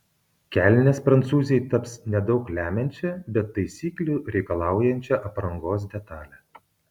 kelnės prancūzei taps nedaug lemiančia bet taisyklių reikalaujančia aprangos detale